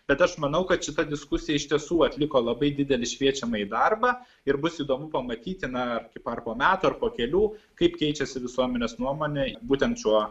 bet aš manau kad šita diskusija iš tiesų atliko labai didelį šviečiamąjį darbą ir bus įdomu pamatyti na ar po metų ar po kelių kaip keičiasi visuomenės nuomonė būtent šiuo